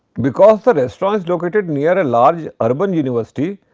because the restaurant is located near a large urban university,